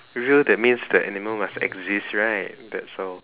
real that means that animal must exist right that's all